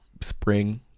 spring